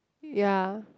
ya